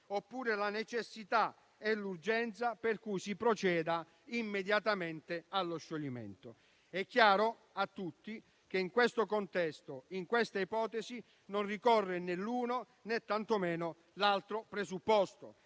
oppure la necessità e l'urgenza per cui si procede immediatamente allo scioglimento. È chiaro a tutti che in questo contesto non ricorre né l'uno, né tantomeno l'altro presupposto,